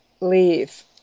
leave